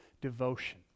devotion